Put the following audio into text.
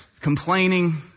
Complaining